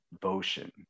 devotion